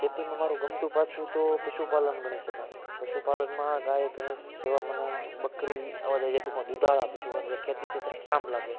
ખેતીમાં મારું ગમતું પાસું તો પશુપાલન ગણી શકાય પશુપાલનમાં મને ગાય ભેંસ સેવા મને બકરી આવા જે ટૂંકમાં દુધાળા પશુઓ ખેતી ખેતરે કામ લાગે